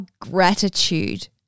gratitude